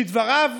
לדבריו,